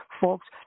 Folks